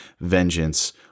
vengeance